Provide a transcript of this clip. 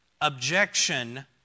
objection